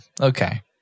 Okay